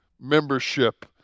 membership